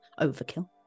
Overkill